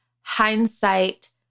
hindsight